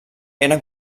eren